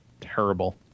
Terrible